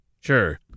Sure